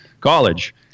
college